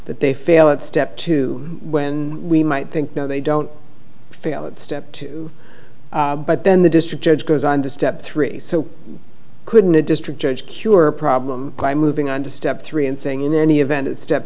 that they fail at step two when we might think no they don't fail at step two but then the district judge goes on to step three so couldn't a district judge cure a problem by moving on to step three and saying in any event